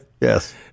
Yes